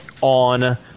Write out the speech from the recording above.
on